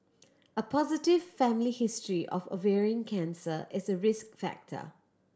a positive family history of ovarian cancer is a risk factor